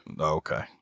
okay